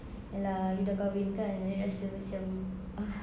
ya lah you dah kahwin kan jadi rasa macam uh